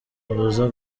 abuza